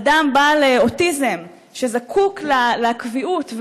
אדם בעל אוטיזם זקוק לקביעות,